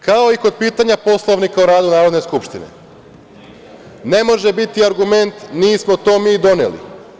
Kao i kod pitanja Poslovnika o radu Narodne skupštine, ne može biti argument – nismo mi to doneli.